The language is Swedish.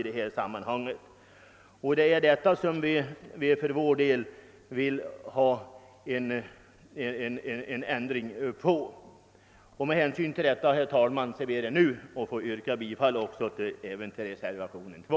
Det är detta som vi syftat till. Herr talman! Med det anförda ber jag att få yrka bifall också till reservationen 2.